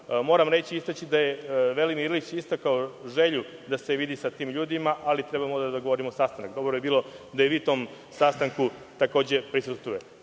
reći i istaći da je Velimir Ilić istakao želju da se vidi sa tim ljudima, ali trebamo da dogovorimo sastanak. Dogovor je bio da i vi tom sastanku takođe prisustvujete. Dakle,